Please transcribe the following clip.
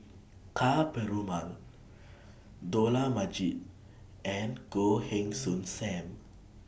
Ka Perumal Dollah Majid and Goh Heng Soon SAM